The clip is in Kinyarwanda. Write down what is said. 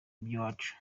iby’iwacu